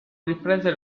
riprese